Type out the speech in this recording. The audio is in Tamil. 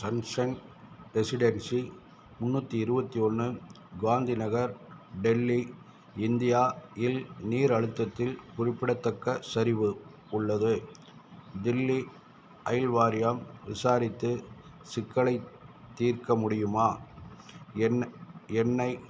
சன்ஷைன் ரெசிடென்சி முந்நூற்றி இருபத்தி ஒன்று காந்தி நகர் டெல்லி இந்தியா இல் நீர் அழுத்தத்தில் குறிப்பிடத்தக்க சரிவு உள்ளது தில்லி ஐல் வாரியம் விசாரித்து சிக்கலைத் தீர்க்க முடியுமா என்னை என்னை